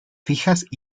fijas